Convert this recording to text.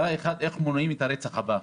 איך מונעים את הרצח הבא.